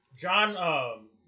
John